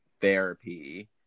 therapy